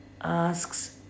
asks